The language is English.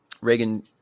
Reagan